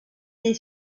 est